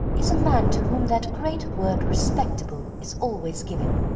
is a man to whom that great word respectable is always given,